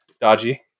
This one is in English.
dodgy